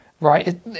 right